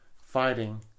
fighting